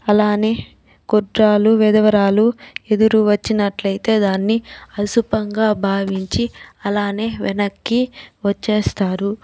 అలానే గొడ్రాలు విధవరాలు ఎదురు వచ్చినట్లయితే దాన్ని ఆశుభంగా భావించి అలానే వెనక్కి వచ్చేస్తారు